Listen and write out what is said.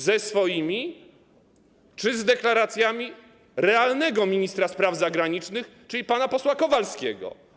Ze swoimi czy z deklaracjami realnego ministra spraw zagranicznych, czyli pana posła Kowalskiego?